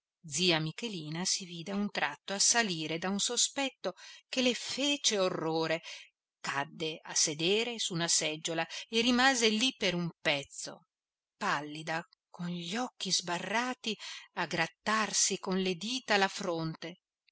zia michelina si vide a un tratto assalire da un sospetto che le fece orrore cadde a sedere su una seggiola e rimase lì per un pezzo pallida con gli occhi sbarrati a grattarsi con le dita la fronte